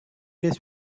this